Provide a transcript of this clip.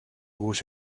was